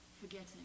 forgetting